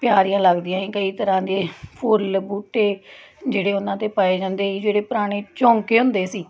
ਪਿਆਰੀਆਂ ਲੱਗਦੀਆਂ ਸੀ ਕਈ ਤਰ੍ਹਾਂ ਦੇ ਫੁੱਲ ਬੂਟੇ ਜਿਹੜੇ ਉਹਨਾਂ 'ਤੇ ਪਏ ਜਾਂਦੇ ਜਿਹੜੇ ਪੁਰਾਣੇ ਝੌਂਕੇ ਹੁੰਦੇ ਸੀ